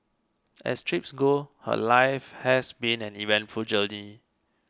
as trips go her life has been an eventful journey